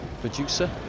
producer